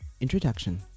Introduction